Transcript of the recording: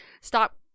Stop